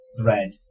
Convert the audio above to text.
thread